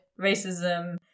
racism